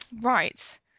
Right